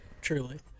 Truly